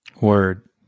Word